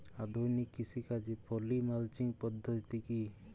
আধুনিক কৃষিকাজে poly mulching পদ্ধতি কি?